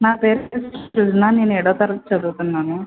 నా పేరు సృ సృజన నేను ఏడో తరగతి చదువుతున్నాను